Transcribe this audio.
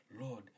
Lord